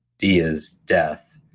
d is death,